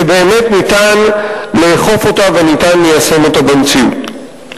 שבאמת ניתן לאכוף אותה וניתן ליישם אותה במציאות.